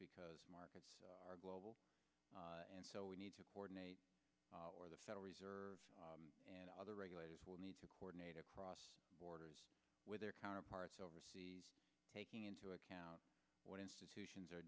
because markets are global and so we need to coordinate where the federal reserve and other regulators will need to coordinate across borders with their counterparts overseas taking into account what institutions